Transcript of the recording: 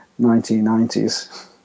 1990s